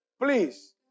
Please